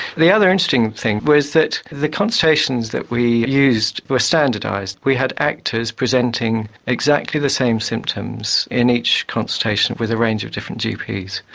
the other interesting thing was that the consultations that we used were standardised. we had actors presenting exactly the same symptoms in each consultation with a range of different gps.